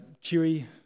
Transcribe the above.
cheery